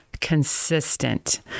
consistent